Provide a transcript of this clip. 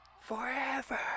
FOREVER